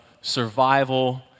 survival